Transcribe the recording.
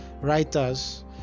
writers